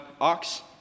ox